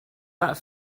that